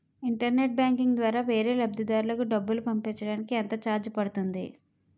Internet banking ద్వారా వేరే లబ్ధిదారులకు డబ్బులు పంపించటానికి ఎంత ఛార్జ్ పడుతుంది?